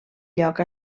lloc